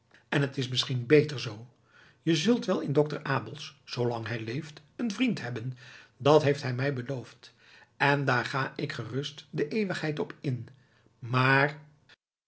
en t is misschien beter zoo je zult wel in dokter abels zoolang hij leeft een vriend hebben dat heeft hij mij beloofd en daar ga ik gerust de eeuwigheid op in maar